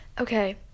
Okay